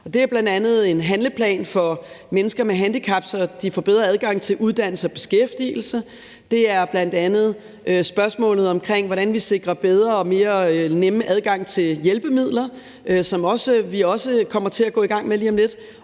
sig bl.a. om en handleplan for mennesker med handicap, så de får bedre adgang til uddannelse og beskæftigelse. Derudover handler det om spørgsmålet om, hvordan vi sikrer bedre og nemmere adgang til hjælpemidler, som vi også kommer til at gå i gang med lige om lidt.